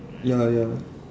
ya lah ya